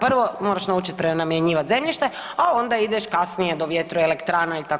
Prvo moraš naučit prenamjenjivat zemljište, a onda ideš kasnije do vjetroelektrana itd.